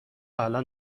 الان